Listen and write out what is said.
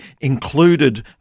included